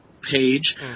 page